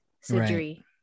surgery